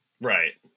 Right